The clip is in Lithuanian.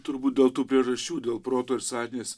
turbūt dėl tų priežasčių dėl proto ir sąžinės